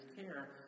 care